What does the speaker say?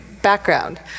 background